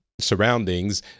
surroundings